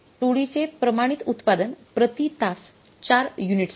टोळीचे प्रमाणित उत्पादन प्रति तास 4 युनिट्स आहे